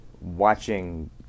watching